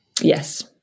Yes